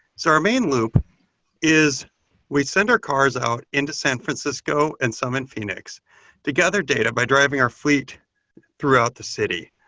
so our main loop is we send our cars out into san francisco and some in phoenix to gather data by driving our fleet throughout the city.